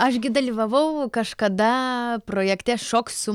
aš gi dalyvavau kažkada projekte šok su